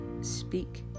speak